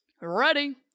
Ready